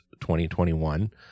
2021